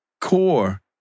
core